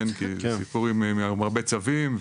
סיפור עם הרבה צווים,